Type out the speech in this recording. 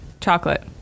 Chocolate